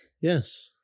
Yes